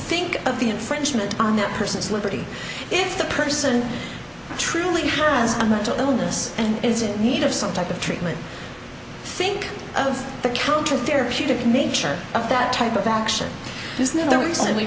think of the infringement on that person's liberty if the person truly hands on the to illness and is in need of some type of treatment think of the counter therapeutic nature of that type of action